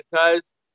advertised